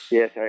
Yes